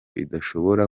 idashobora